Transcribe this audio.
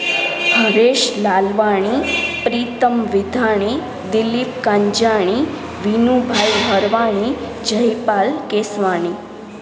Naresh Lalwani Pritam Vidhani Dilip Kanjani Vinu Bhai Bharwani Jaipal Keswani